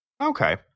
Okay